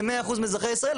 זה 100% מאזרחי ישראל,